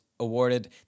awarded